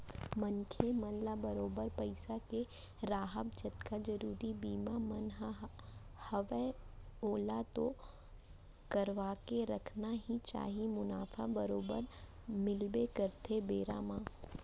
मनखे मन ल बरोबर पइसा के राहब जतका जरुरी बीमा मन ह हवय ओला तो करवाके रखना ही चाही मुनाफा बरोबर मिलबे करथे बेरा म